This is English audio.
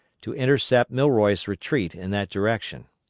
to intercept milroy's retreat in that direction.